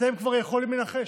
אתם כבר יכולים לנחש: